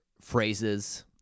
phrases